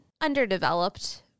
underdeveloped